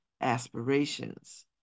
aspirations